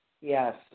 Yes